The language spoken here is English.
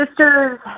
sisters